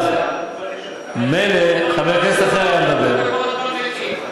כן לומדים ליבה.